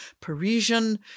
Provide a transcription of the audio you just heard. Parisian